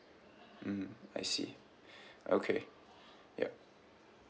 mmhmm I see okay yup